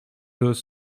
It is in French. deux